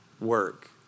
work